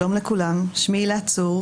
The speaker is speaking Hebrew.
שלום לכולם, שמי הילה צור.